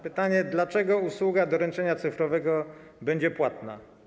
Pytanie: Dlaczego usługa doręczenia cyfrowego będzie płatna?